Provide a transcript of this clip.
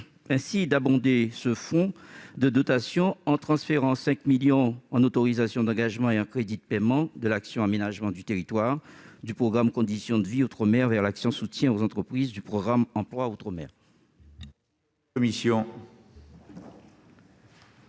ainsi d'abonder ce fonds de dotation en transférant 5 millions en autorisations d'engagement et en crédits de paiement de l'action Aménagement du territoire, du programme « Conditions de vie outre-mer », vers l'action Soutien aux entreprises, du programme « Emploi outre-mer